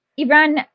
Iran